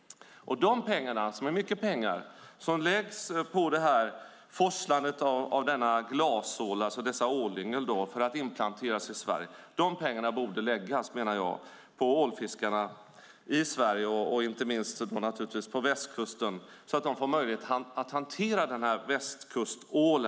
Det är mycket pengar som läggs på forslandet av dessa ålyngel, denna glasål, för att inplantera dem i Sverige. Jag menar att dessa pengar borde läggas på ålfiskarna i Sverige, inte minst på fiskarna på västkusten så att de får möjlighet att hantera denna västkustål.